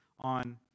on